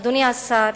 אדוני השר,